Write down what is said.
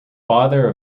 father